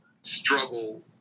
struggle